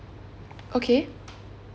okay